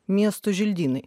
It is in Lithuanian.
miestų želdynai